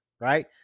right